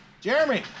Jeremy